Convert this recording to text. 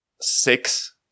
six